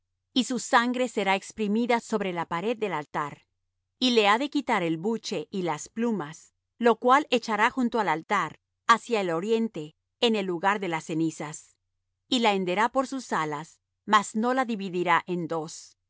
y su sangre será exprimida sobre la pared del altar y le ha de quitar el buche y las plumas lo cual echará junto al altar hacia el oriente en el lugar de las cenizas y la henderá por sus alas mas no la dividirá en dos